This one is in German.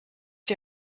die